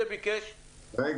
אני